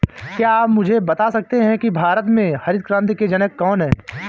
क्या आप मुझे बता सकते हैं कि भारत में हरित क्रांति के जनक कौन थे?